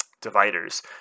dividers